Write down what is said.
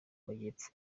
majyepfo